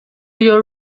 your